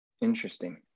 Interesting